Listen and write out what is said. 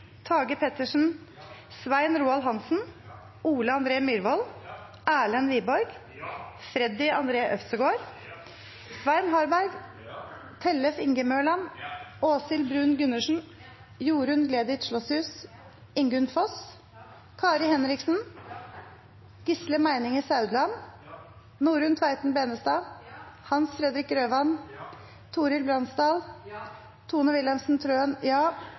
Tage Pettersen, Svein Roald Hansen, Ole André Myhrvold, Erlend Wiborg, Freddy André Øvstegård, Svein Harberg, Tellef Inge Mørland, Åshild Bruun-Gundersen, Jorunn Gleditsch Lossius, Ingunn Foss, Kari Henriksen, Gisle Meininger Saudland, Norunn Tveiten Benestad, Hans Fredrik Grøvan, Torhild Brandsdal, Tone Wilhelmsen Trøen,